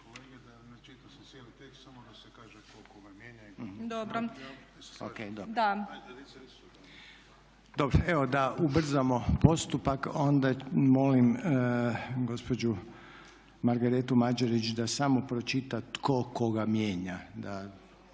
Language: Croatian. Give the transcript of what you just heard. Evo da ubrzamo postupak onda molim gospođu Margaretu Mađerić da samo pročita tko koga mijenja,